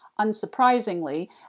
Unsurprisingly